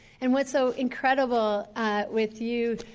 and what's so incredible with you,